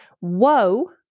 Woe